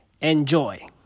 enjoy